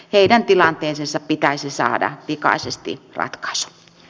heidän tilanteeseensa pitäisi saada pikaisesti ratkaisu